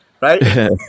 right